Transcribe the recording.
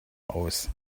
aus